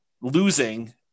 losing